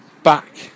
back